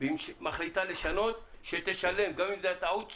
והיא מחליטה לשנות שתשלם, גם אם זאת טעות שלה.